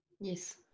yes